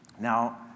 Now